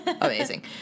amazing